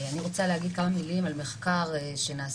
אני רוצה להגיד כמה מילים על מחקר שנעשה